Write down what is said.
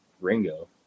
ringo